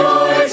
Joy